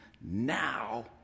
now